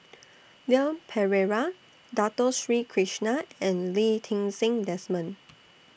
Leon Perera Dato Sri Krishna and Lee Ti Seng Desmond